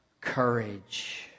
courage